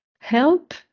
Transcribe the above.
help